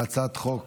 להצעת החוק